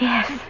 Yes